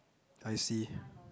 I see